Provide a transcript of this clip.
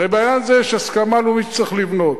הרי בעניין הזה יש הסכמה לאומית שצריך לבנות.